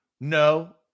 No